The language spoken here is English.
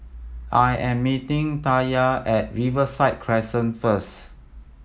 I am meeting Taya at Riverside Crescent first